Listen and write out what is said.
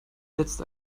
letzte